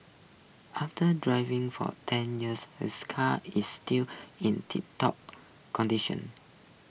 after driving for ten years her car is still in tip top condition